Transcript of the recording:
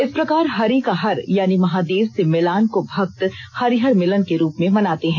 इस प्रकार हरि का हर यानी महादेव से मिलन को भक्त हरिहर मिलान के रूप में मनाते है